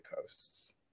coasts